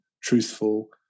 truthful